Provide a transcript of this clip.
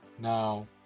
Now